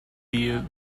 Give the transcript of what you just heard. via